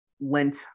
lent